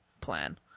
plan